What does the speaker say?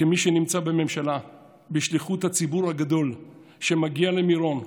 כמי שנמצא בממשלה בשליחות הציבור הגדול שמגיע למירון,